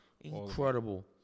incredible